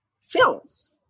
films